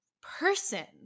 person